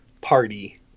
party